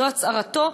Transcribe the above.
זו הצהרתו,